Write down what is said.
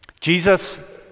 Jesus